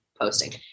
posting